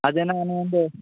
ಅದೆ ನಾನು ಒಂದು